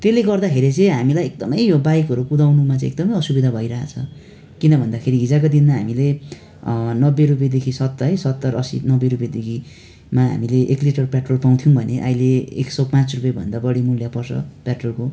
त्यसले गर्दाखेरि चाहिँ हामीलाई एकदमै यो बाइकहरू कुदाउनुमा चाहिँ एकदमै असुविधा भइरहेको छ किन भन्दाखेरि हिजोको दिनमा हामीले नब्बे रुपियाँदेखि सत्तर सत्तर असी नब्बे रुपियाँदेखिमा हामीले एक लिटर पेट्रोल पाउथ्यौँ भने अइले एक सय पाँच रुपियाँभन्दा बडी मुल्य पर्छ पेट्रोलको